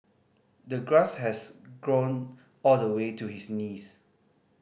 the grass has grown all the way to his knees